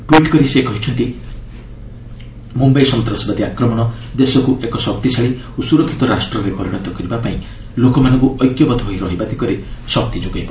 tweet କରି ସେ କହିଛନ୍ତି ମୁମ୍ବାଇ ସନ୍ତାସବାଦୀ ଆକ୍ରମଣ ଦେଶକୁ ଏକ ଶକ୍ତିଶାଳୀ ଓ ସୁରକ୍ଷିତ ରାଷ୍ଟ୍ରରେ ପରିଣତ କରିବାପାଇଁ ଲୋକମାନଙ୍କୁ ଐକ୍ୟବଦ୍ଧ ହୋଇ ରହିବା ଦିଗରେ ଶକ୍ତି ଯୋଗାଇବ